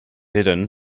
eren